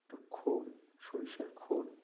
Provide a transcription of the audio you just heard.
একটু খোল সরিষার খোল